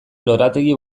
lorategi